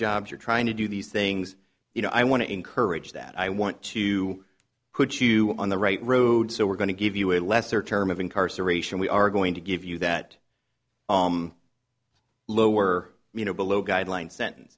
you're trying to do these things you know i want to encourage that i want to put you on the right road so we're going to give you a lesser term of incarceration we are going to give you that lower you know below guideline